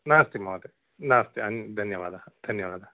नास्ति महोदय नास्ति अन् धन्यवादः धन्यवादः